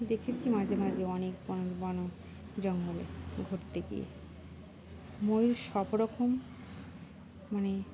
দেখেছি মাঝে মাঝে অনেক ব বনে জঙ্গলে ঘুরতে গিয়ে ময়ূর সব রকম মানে